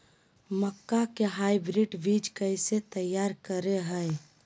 मक्का के हाइब्रिड बीज कैसे तैयार करय हैय?